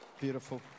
Beautiful